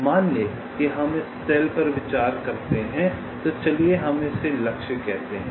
मान लें कि हम इस सेल पर विचार करते हैं तो चलिए हम इसे लक्ष्य कहते हैं